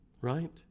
right